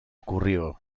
ocurrió